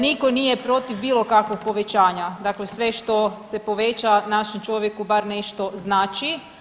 Niko nije protiv bilo kakvog povećanja, dakle sve što se poveća našem čovjeku bar nešto znači.